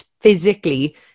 physically